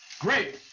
great